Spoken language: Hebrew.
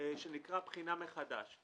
שנקרא בחינה מחדש.